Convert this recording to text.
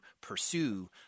pursue